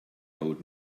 old